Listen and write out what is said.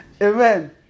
Amen